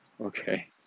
Okay